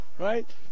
Right